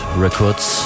Records